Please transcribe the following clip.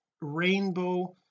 rainbow